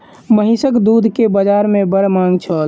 महीसक दूध के बाजार में बड़ मांग छल